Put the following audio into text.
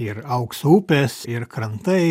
ir aukso upės ir krantai